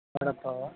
ಕಾಣುತ್ತಾವ